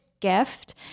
gift